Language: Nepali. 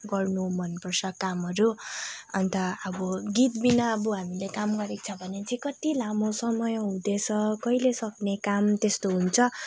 गर्न मन पर्छ कामहरू अन्त अब गीत बिना अब हामीले काम गरेको छ भने चाहिँ कति लामै समय हुँदैछ कहिले सक्ने काम त्यस्तो हुन्छ